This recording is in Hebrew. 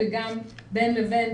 וגם בין לבין,